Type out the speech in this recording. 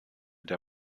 der